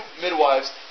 midwives